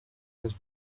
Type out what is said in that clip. los